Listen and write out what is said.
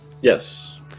Yes